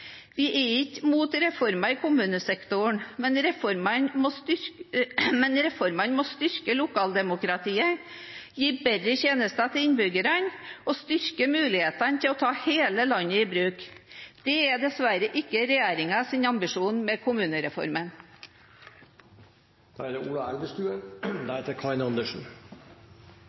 Vi er ikke imot reformer i kommunesektoren, men reformene må styrke lokaldemokratiet, gi bedre tjenester til innbyggerne og styrke mulighetene til å ta hele landet i bruk. Det er dessverre ikke regjeringens ambisjon med kommunereformen. Klimatoppmøtet i Paris nærmer seg, og en ting står klart: En avtale er